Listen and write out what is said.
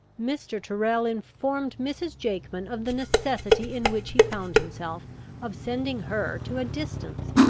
mr. tyrrel informed mrs. jakeman of the necessity in which he found himself of sending her to a distance,